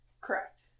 correct